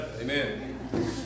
Amen